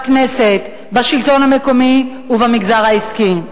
בכנסת, בשלטון המקומי ובמגזר העסקי.